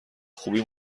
خوبی